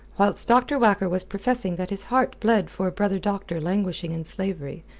whilst dr. whacker was professing that his heart bled for a brother doctor languishing in slavery,